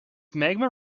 magma